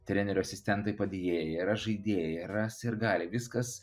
trenerio asistentai padėjėjai yra žaidėjai yra sirgaliai viskas